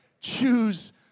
choose